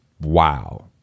wow